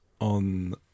on